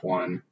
one